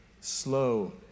slow